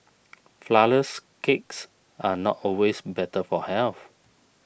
Flourless Cakes are not always better for health